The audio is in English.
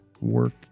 work